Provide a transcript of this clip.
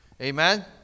Amen